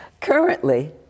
Currently